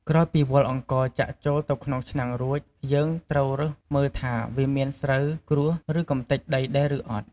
ក្រោយពីវាល់អង្ករចាក់ចូលទៅក្នុងឆ្នាំងរួច យើងត្រូវរើសមើលថា វាមានស្រូវ ក្រួស ឬ កម្ទេចដីដែរឬអត់។